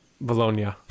Bologna